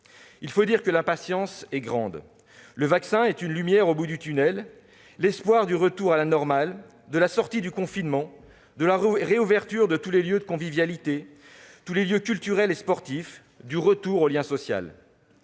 Il faut dire que l'impatience est grande. Le vaccin est une lumière au bout du tunnel, l'espoir du retour à la normale, de la sortie du confinement, de la réouverture de tous les lieux de convivialité, de tous les lieux culturels et sportifs, du retour au lien social.